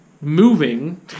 moving